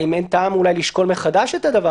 האם אין טעם אולי לשקול מחדש את הדבר